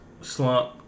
slump